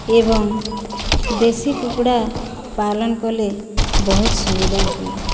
ଏବଂ ଦେଶୀ କୁକୁଡ଼ା ପାଲନ୍ କଲେ ବହୁତ ସୁବିଧା ହୁଏ